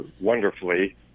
wonderfully